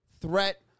threat